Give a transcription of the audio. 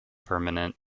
permanent